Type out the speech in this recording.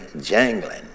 jangling